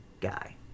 guy